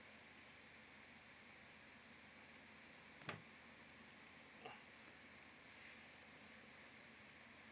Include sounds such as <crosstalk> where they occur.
<coughs>